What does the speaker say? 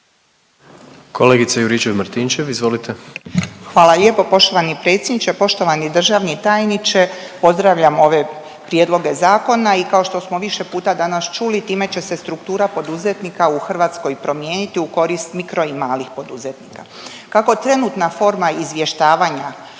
**Juričev-Martinčev, Branka (HDZ)** Hvala lijepo poštovani predsjedniče. Poštovani državni tajniče, pozdravljam ove prijedloge zakona i kao što smo više puta danas čuli time će se struktura poduzetnika u Hrvatskoj promijeniti u korist mikro i malih poduzetnika. Kako trenutna forma izvještavanja